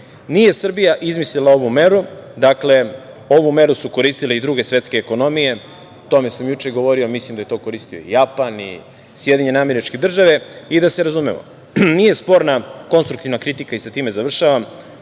Srbija izmislila ovu meru. Dakle, ovu meru su koristile i druge svetske ekonomije, o tome sam i juče govorio, mislim da je to koristio i Japan i Sjedinjene Američke Države i da se razumemo, nije sporna konstruktivna kritika i sa time završavam